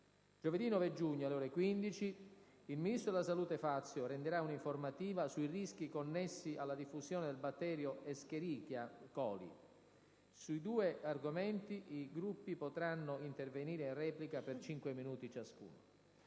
Giovedì 9 giugno, alle ore 15, il ministro della salute Fazio renderà un'informativa sui rischi connessi alla diffusione del batterio *escherichia coli*. Sui due argomenti i Gruppi potranno intervenire per cinque minuti ciascuno.